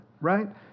right